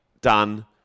done